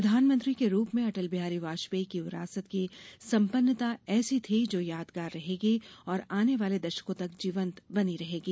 प्रधानमंत्री के रूप में अटल बिहारी वाजपेयी की विरासत की सम्पन्नता ऐसी थी जो यादगार रहेगी और आनेवाले दशकों तक जीवंत बनी रहेगी